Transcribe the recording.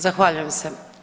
Zahvaljujem se.